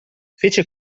fece